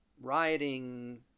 rioting